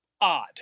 odd